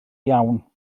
iawn